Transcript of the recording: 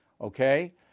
okay